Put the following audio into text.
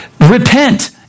repent